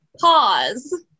Pause